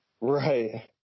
Right